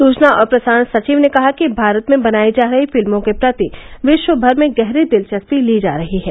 सुचना और प्रसारण सचिव ने कहा कि भारत में बनाई जा रही फिल्मों के प्रति विश्व भर में गहरी दिलचस्पी ली जा रही है